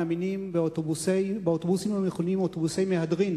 המינים באוטובוסים המכונים אוטובוסי מהדרין.